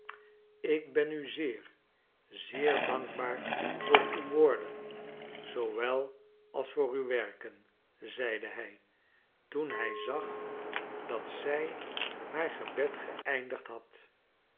ik ben u zeer zeer dankbaar voor uw woorden zoowel als voor uw werken zeide hij toen hij zag dat zij haar gebed geëindigd had